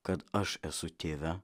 kad aš esu tėve